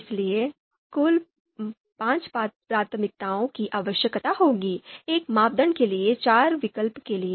इसलिए कुल पांच प्राथमिकताओं की आवश्यकता होगी एक मापदंड के लिए और चार विकल्प के लिए